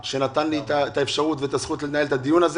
שנתן לי את האפשרות ואת הזכות לנהל את הדיון הזה